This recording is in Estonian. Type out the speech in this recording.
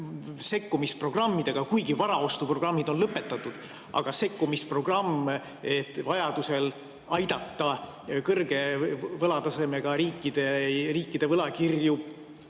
sekkumisprogrammidega, kuigi varaostuprogrammid on lõpetatud? Kas sekkumisprogramm, et vajadusel aidata kõrge võlatasemega riikide võlakirju